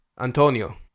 Antonio